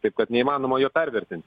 taip kad neįmanoma jo pervertinti